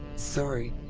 sorry,